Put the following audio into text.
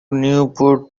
newport